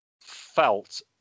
felt